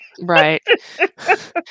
Right